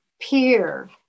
peer